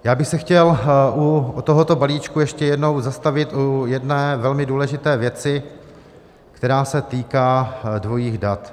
Já bych se chtěl u tohoto balíčku ještě jednou zastavit u jedné velmi důležité věci, která se týká dvojích dat.